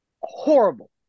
Horrible